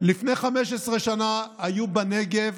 לפני 15 שנה היו בנגב